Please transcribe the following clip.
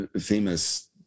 famous